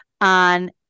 on